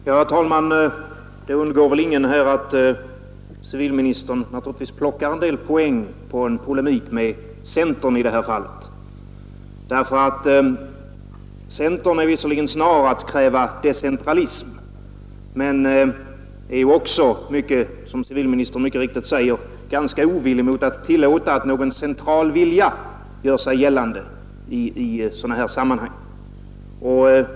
Herr talman! Det har väl inte undgått någon att civilministern plockat en del poäng i denna polemik med centern. I centerpartiet är man visserligen snar att kräva decentralism, men som civilministern mycket riktigt sade är centern ganska ovillig när det gäller att tillåta att någon central vilja gör sig gällande i sådana här sammanhang.